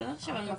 מי נגד?